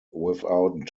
without